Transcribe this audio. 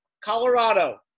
Colorado